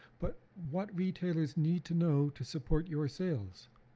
but what retailers need to know to support your sales.